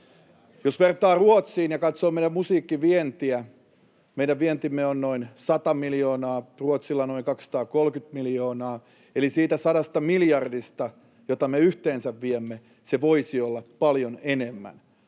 Jos vertaa Ruotsiin ja katsoo meidän musiikkivientiä, meidän vientimme on noin 100 miljoonaa, Ruotsilla noin 230 miljoonaa. Eli se 100 miljoonaa, jota me yhteensä viemme, voisi olla paljon enemmän.